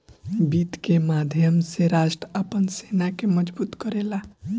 वित्त के माध्यम से राष्ट्र आपन सेना के मजबूत करेला